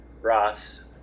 Ross